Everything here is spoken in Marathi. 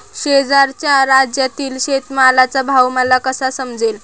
शेजारच्या राज्यातील शेतमालाचा भाव मला कसा समजेल?